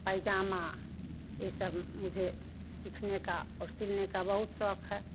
पैजमा ये सब मुझे सीखने का और सिलने का बहुत शौक़ है